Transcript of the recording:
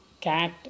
Cat